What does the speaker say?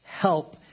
help